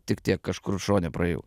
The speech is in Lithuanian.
tik tiek kažkur šone praėjau